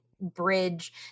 bridge